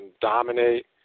dominate